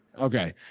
Okay